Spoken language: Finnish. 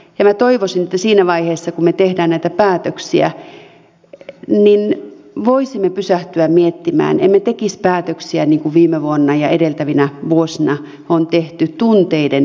minä toivoisin että siinä vaiheessa kun me teemme näitä päätöksiä voisimme pysähtyä miettimään emme tekisi päätöksiä niin kuin viime vuonna ja edeltävinä vuosina on tehty tunteiden perusteella